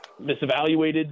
misevaluated